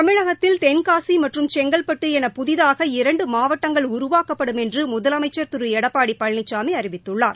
தமிழகத்தில் தென்காசி மற்றும் செங்கவ்பட்டு என புதிதாக இரண்டு மாவட்டங்கள் உருவாக்கப்படும் என்று முதலமைச்சர் திரு எடப்பாடி பழனிசாமி அறிவித்துள்ளார்